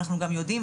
אנחנו גם יודעים,